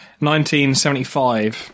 1975